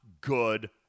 good